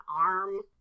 arm